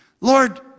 Lord